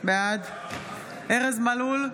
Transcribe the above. בעד ארז מלול,